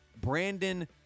Brandon